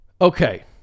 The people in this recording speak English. Okay